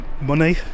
Money